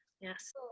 yes